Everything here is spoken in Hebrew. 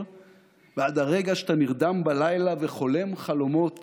ועד הרגע שאתה נרדם בלילה וחולם חלומות